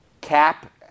Cap